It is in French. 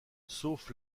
sauf